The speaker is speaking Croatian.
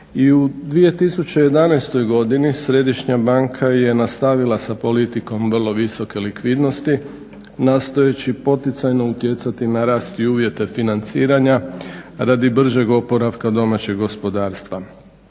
u 2011. godini Središnja banka je nastavila sa politikom vrlo visoke likvidnosti nastojeći poticajno utjecati na rast i uvjete financiranja radi bržeg oporavka domaćeg gospodarstva.